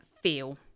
feel